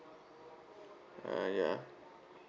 uh ya